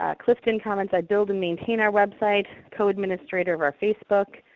ah clifton comments, i build and maintain our website, code administrator of our facebook.